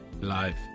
live